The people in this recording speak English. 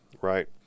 right